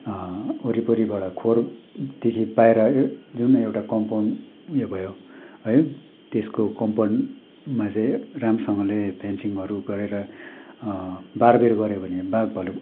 वरिपरिबाट खोरदेखि बाहिर जुन एउटा कम्पाउन्ड उयो भयो है त्यसको कम्पाउन्डमा चाहिँ राम्रोसँगले फेन्सिङहरू गरेर बारबेर गऱ्यो भने बाघ भालु